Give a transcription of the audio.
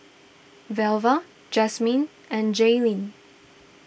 Velva Jasmin and Jailyn